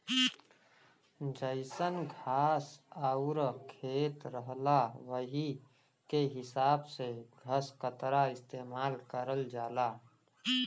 जइसन घास आउर खेत रहला वही के हिसाब से घसकतरा इस्तेमाल करल जाला